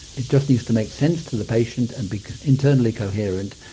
it just needs to make sense to the patient and be internally coherent,